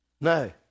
No